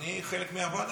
אני חלק מהוועדה.